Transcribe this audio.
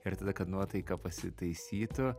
ir tada kad nuotaika pasitaisytų